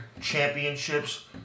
championships